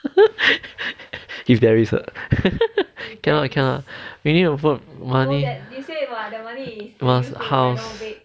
if there is ah cannot cannot we need to put money must house